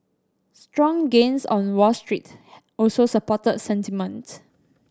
strong gains on Wall Street also supported sentiment